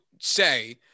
say